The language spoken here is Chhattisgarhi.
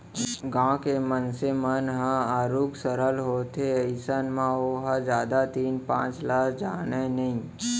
गाँव के मनसे मन ह आरुग सरल होथे अइसन म ओहा जादा तीन पाँच ल जानय नइ